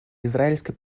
израильско